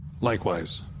Likewise